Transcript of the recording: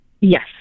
Yes